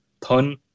pun